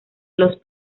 los